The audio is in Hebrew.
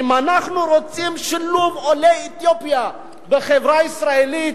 אם אנחנו רוצים שילוב עולי אתיופיה בחברה הישראלית,